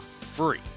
free